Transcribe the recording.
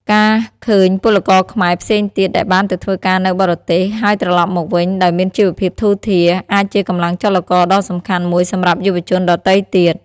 ការឃើញពលករខ្មែរផ្សេងទៀតដែលបានទៅធ្វើការនៅបរទេស ហើយត្រឡប់មកវិញដោយមានជីវភាពធូរធារ អាចជាកម្លាំងចលករដ៏សំខាន់មួយសម្រាប់យុវជនដទៃទៀត។